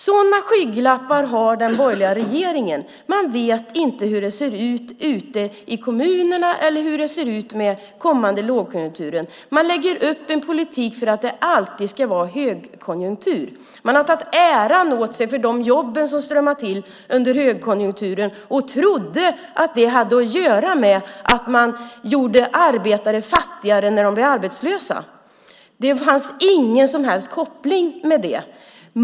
Sådana skygglappar har den borgerliga regeringen. Man vet inte hur det ser ut ute i kommunerna eller hur det ser ut med den kommande lågkonjunkturen. Man lägger upp en politik för att det alltid ska vara högkonjunktur. Man har tagit åt sig äran för de jobb som strömmade till under högkonjunkturen och trodde att det hade att göra med att man gjorde arbetare fattigare när de blev arbetslösa. Det fanns ingen som helst koppling till det.